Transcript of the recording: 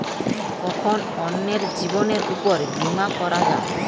কখন অন্যের জীবনের উপর বীমা করা যায়?